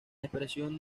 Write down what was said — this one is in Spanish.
expresión